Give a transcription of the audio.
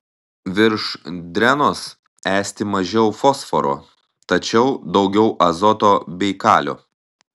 virš drenos esti mažiau fosforo tačiau daugiau azoto bei kalio